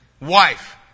wife